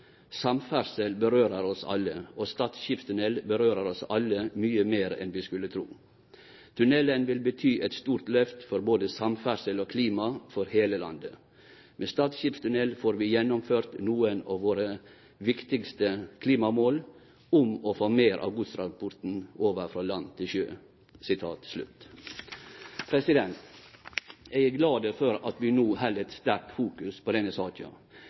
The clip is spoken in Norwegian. berører oss alle, og Stad Skipstunnel berører oss alle mye mer enn vi skulle tro . Tunnelen vil bety et stort løft for både samferdsel og klima, for hele landet. Med Stad Skipstunnel får vi gjennomført noen av våre viktigste klimamål, om å få mer av godstransporten over fra land til sjø.» Eg er glad for at vi no held eit sterkt fokus på denne